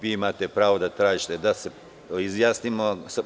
Vi imate pravo da tražite da se izjasnimo.